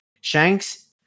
Shanks